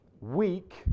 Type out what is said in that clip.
weak